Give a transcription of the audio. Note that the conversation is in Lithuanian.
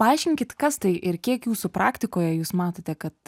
paaiškinkit kas tai ir kiek jūsų praktikoje jūs matote kad